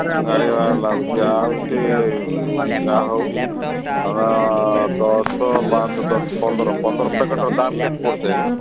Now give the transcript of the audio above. ଗାଡ଼ି ବା ଲାଗୁଛି ଆଉ ସେ ଯାହା ହଉ ଆମ ଦଶ ପାଞ୍ଚ ଦଶ ପନ୍ଦର ପନ୍ଦର ପ୍ୟାକେଟ୍ର ଦାମ୍ କେତେ ପଡ଼ୁଛି ଆଜ୍ଞା